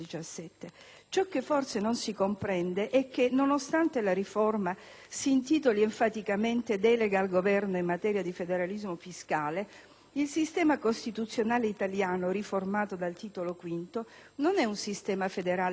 Ciò che forse non si comprende è che, nonostante la riforma si intitoli enfaticamente: «Delega al Governo in materia di federalismo fiscale», il sistema costituzionale italiano riformato dal Titolo V non è un sistema federale classico,